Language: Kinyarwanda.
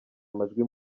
amajwi